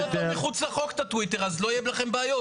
תוציאו את הטוויטר מחוץ לחוק אז לא יהיו לכם בעיות.